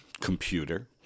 computer